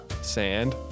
Sand